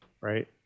right